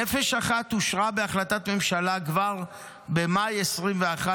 נפש אחת אושרה בהחלטת ממשלה כבר במאי 2021,